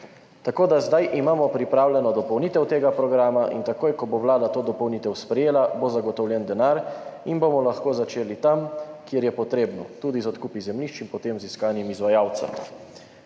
Tako da zdaj imamo pripravljeno dopolnitev tega programa in takoj, ko bo Vlada to dopolnitev sprejela, bo zagotovljen denar in bomo lahko začeli tam, kjer je potrebno, tudi z odkupi zemljišč in potem z iskanjem izvajalca.